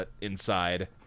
inside